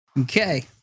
Okay